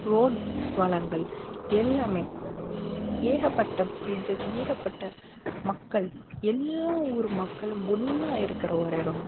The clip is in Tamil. ரோட் வளங்கள் எல்லாமே ஏகப்பட்ட பிரிட்ஜஸ் ஏகப்பட்ட மக்கள் எல்லா ஊர் மக்களும் ஒன்றா இருக்கிற ஒரு இடம்